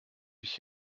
mich